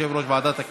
חבריי חברי